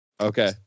Okay